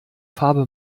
farbe